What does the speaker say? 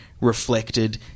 reflected